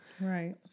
Right